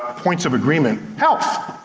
ah points of agreement health?